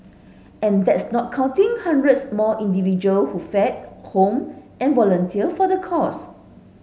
and that's not counting hundreds more individual who feed home and volunteer for the cause